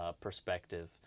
Perspective